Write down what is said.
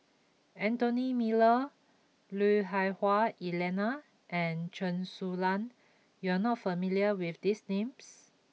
Anthony Miller Lui Hah Wah Elena and Chen Su Lan you are not familiar with these names